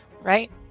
Right